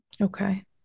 Okay